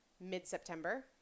mid-september